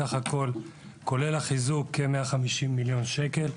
סה"כ כולל החיזוק כ-150,000,000 שקל.